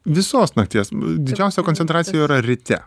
visos nakties didžiausia koncentracija jo yra ryte